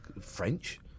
French